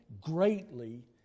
greatly